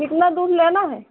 कितना दूध लेना है